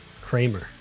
kramer